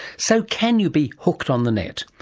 so can you be hooked on the net?